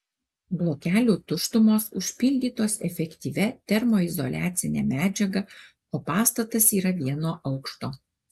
blokelių tuštumos užpildytos efektyvia termoizoliacine medžiaga o pastatas yra vieno aukšto